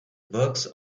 works